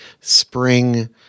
spring